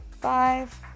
five